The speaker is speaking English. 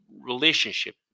relationship